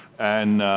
and